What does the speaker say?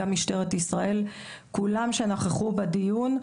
גם משטרת ישראל וכולם שנכחו בדיון.